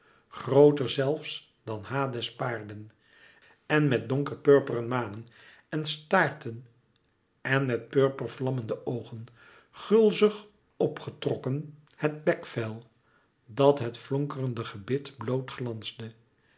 grooter zelfs dan hades paarden en met donker purperen manen en staarten en met purper vlammende oogen gulzig opgetrokken het bekvel dat het flonkere gebit